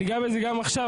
אני אגע בזה גם עכשיו,